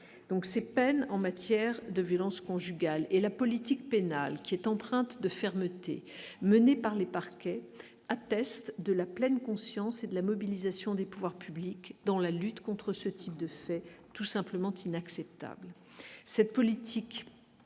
cette peine en matière de violence conjugale et la politique pénale qui est empreinte de fermeté menées par les parquets attestent de la pleine conscience et de la mobilisation des pouvoirs publics dans la lutte contre ce type de faits tout simplement inacceptable